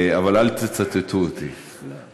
--- אבל אל תצטטו אותי, -- לא.